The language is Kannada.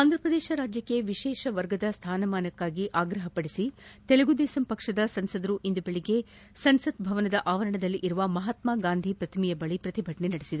ಆಂಧ್ರಪ್ರದೇಶ ರಾಜ್ಯಕ್ಷೆ ವಿಶೇಷ ವರ್ಗದ ಸ್ಥಾನಮಾನಕ್ಕಾಗಿ ಆಗ್ರಹಪಡಿಸಿ ತೆಲುಗುದೇಸಂ ಪಕ್ಷದ ಸಂಸದರು ಇಂದು ಬೆಳಗ್ಗೆ ಸಂಸತ್ ಭವನದ ಆವರಣದಲ್ಲಿರುವ ಮಹಾತ್ಸಗಾಂಧಿ ಪ್ರತಿಮೆಯ ಬಳಿ ಪ್ರತಿಭಟನೆ ನಡೆಸಿದರು